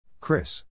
Chris